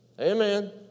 Amen